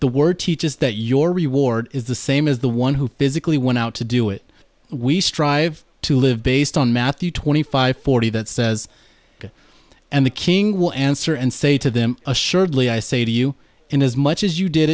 the word teaches that your reward is the same as the one who physically went out to do it we strive to live based on matthew twenty five forty that says and the king will answer and say to them assuredly i say to you in as much as you did